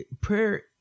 Prayer